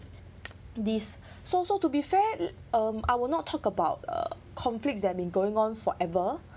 this so so to be fair um I will not talk about uh conflicts that been going on forever